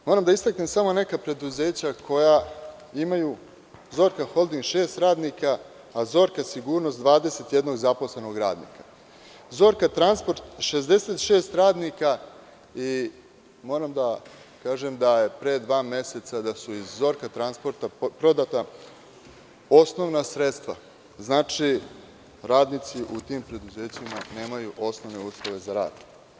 Moram da istaknem samo neka preduzeća koja imaju „Zorka holding“ šest radnika, a „Zorka sigurnost“ 21 zaposlenog radnika, „Zorka transport“ 66 radnika i moram da kažem da su pre dva meseca iz „Zorka transporta“ prodata osnovna sredstva, znači, radnici u tim preduzećima nemaju osnovne uslove za rad.